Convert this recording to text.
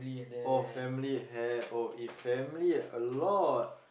oh family have oh if family a lot